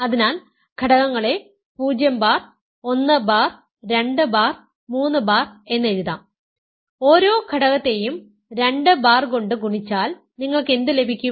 അതിനാൽ ഘടകങ്ങളെ 0 bar 1 bar 2 bar 3 bar എന്ന് എഴുതാം ഓരോ ഘടകത്തെയും 2 ബാർ കൊണ്ട് ഗുണിച്ചാൽ നിങ്ങൾക്ക് എന്ത് ലഭിക്കും